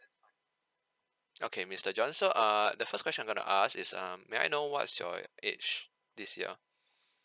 okay mister john so uh the first question I'm gonna ask is um may I know what's your age this year